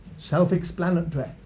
Self-explanatory